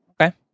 Okay